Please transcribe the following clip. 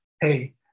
hey